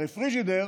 הרי פריג'ידר